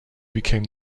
became